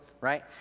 Right